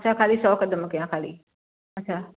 अछा ख़ाली सौ क़दम कयां ख़ाली अछा